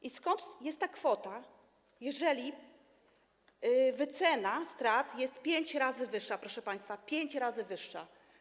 I skąd jest ta kwota, jeżeli wycena strat jest pięć razy wyższa, proszę państwa, pięć razy wyższa?